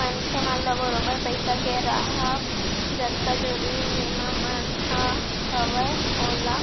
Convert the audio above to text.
मनखे मन ल बरोबर पइसा के राहब जतका जरुरी बीमा मन ह हवय ओला